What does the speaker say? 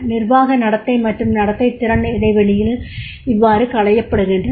நிர்வாக நடத்தை மற்றும் நடத்தை திறன் இடைவெளிகள் இவ்வாறு களையப்படுகின்றன